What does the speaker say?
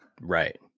Right